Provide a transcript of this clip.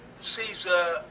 Caesar